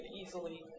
easily